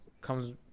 comes